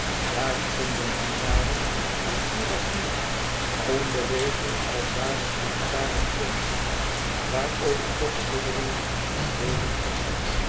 daar stonden huzaren en kurassiers onbewegelijk als waren hunne paarden brons waarover toch sidderingen van leven gingen